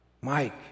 Mike